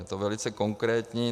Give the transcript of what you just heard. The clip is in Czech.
Je to velice konkrétní.